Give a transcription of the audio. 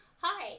Hi